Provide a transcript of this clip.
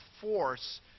force